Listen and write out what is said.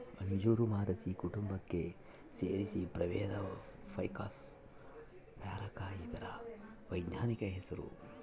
ಅಂಜೂರ ಮೊರಸಿ ಕುಟುಂಬಕ್ಕೆ ಸೇರಿದ ಪ್ರಭೇದ ಫೈಕಸ್ ಕ್ಯಾರಿಕ ಇದರ ವೈಜ್ಞಾನಿಕ ಹೆಸರು